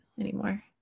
anymore